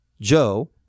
Joe